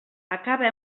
acaba